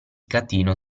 catino